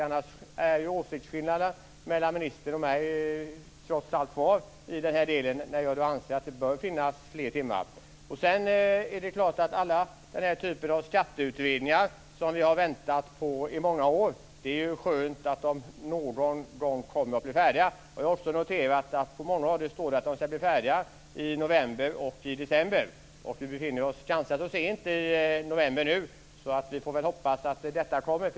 Annars är åsiktsskillnaderna mellan ministern och mig trots allt kvar i den här delen, då jag anser att det bör finnas fler timmar. Sedan är det förstås skönt att alla dessa skatteutredningar som vi har väntat på i många år någon gång kommer att bli färdiga. Jag har också noterat att det står att många av dem ska bli färdiga i november och i december. Vi befinner oss nu ganska sent i november, så vi får väl hoppas att detta kommer.